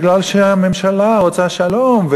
בגלל שהממשלה רוצה שלום.